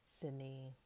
Sydney